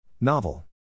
Novel